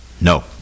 No